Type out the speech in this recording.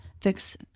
fix